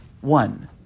one